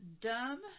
dumb